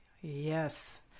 Yes